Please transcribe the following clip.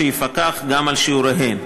שיפקח גם על שיעוריהן.